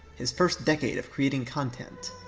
his first decade of creating content,